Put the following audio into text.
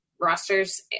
rosters